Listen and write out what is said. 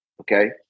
okay